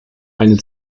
eine